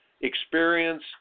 experience